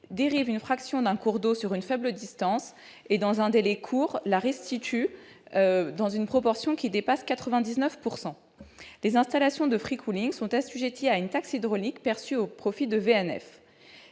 dérive une fraction d'un cours d'eau sur une faible distance et, dans un délai court, la restitue dans une proportion qui dépasse 99 %. Les installations de sont assujetties à une taxe hydraulique perçue au profit de